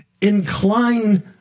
incline